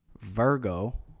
Virgo